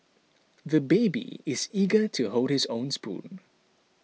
the baby is eager to hold his own spoon